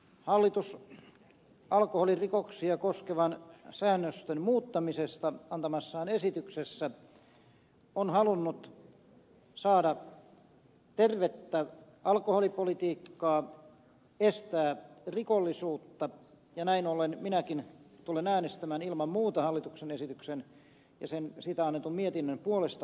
hallitus alkoholirikoksia koskevan säännöstön muuttamisesta antamassaan esityksessä on halunnut saada aikaan tervettä alkoholipolitiikkaa ja estää rikollisuutta ja näin ollen minäkin tulen äänestämään ilman muuta hallituksen esityksen ja siitä annetun mietinnön puolesta aikanansa